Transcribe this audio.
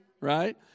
right